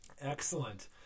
Excellent